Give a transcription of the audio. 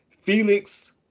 Felix